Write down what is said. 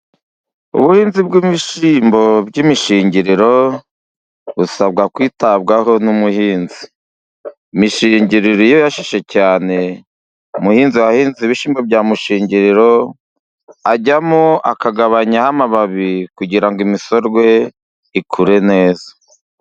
Ubuhinzi bw'ibishyimbo by'imishingiriro busabwa kwitabwaho n'umuhinzi. Mishingiriro iyo yashishe cyane umuhinzi wahinze ibishyimbo bya mushingiriro ajyamo akagabanyaho amababi, kugira ngo imisorwe ikure neza.